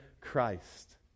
Christ